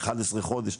11 חודש,